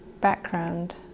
background